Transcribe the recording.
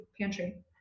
pantry